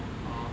orh